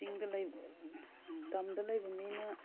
ꯆꯤꯡꯗ ꯂꯩꯕ ꯇꯝꯗ ꯂꯩꯕ ꯃꯤꯅ